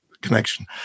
connection